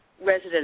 residents